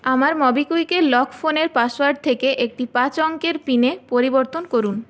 আমার মোবিকুইকের লক ফোনের পাসওয়ার্ড থেকে একটি পাঁচ অঙ্কের পিনে পরিবর্তন করুন